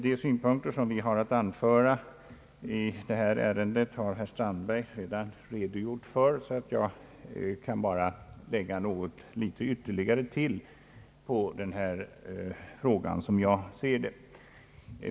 Herr Strandberg har nyss redogjort för våra synpunkter i detta ärende. Jag vill endast göra några få tillägg, utgående från mitt sätt att se på denna fråga.